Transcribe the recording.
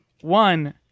one